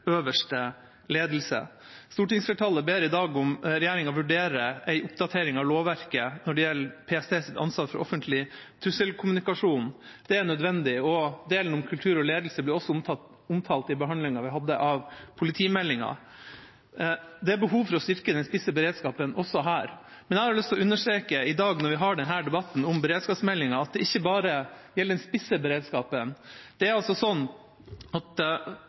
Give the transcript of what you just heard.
øverste ledelse. Stortingsflertallet ber i dag regjeringa vurdere en oppdatering av lovverket når det gjelder PSTs ansvar for offentlig trusselkommunikasjon. Det er nødvendig. Delen om kultur og ledelse ble også omtalt i behandlinga vi hadde av politimeldinga. Det er behov for å styrke den spisse beredskapen også her, men når vi i dag har denne debatten om beredskapsmeldinga, har jeg lyst til å understreke at det ikke bare gjelder den spisse beredskapen.